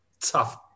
tough